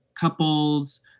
couples